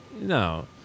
No